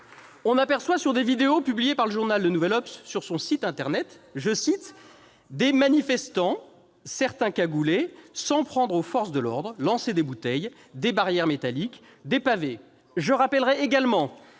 on aperçoit sur des vidéos publiées par sur son site internet « des manifestants, certains cagoulés, s'en prendre aux forces de l'ordre, lancer des bouteilles, des barrières métalliques, des pavés ». Je rappelle également